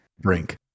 drink